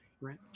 right